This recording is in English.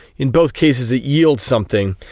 in both cases it yields something.